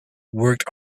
worked